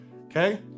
okay